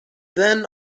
then